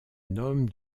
nome